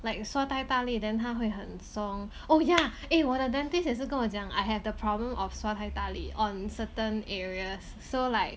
like 刷太大力 then 它会很松 oh ya 我的 dentist 也是跟我讲 I have the problem of 刷太大力 on certain areas so like